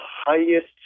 highest